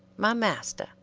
my master,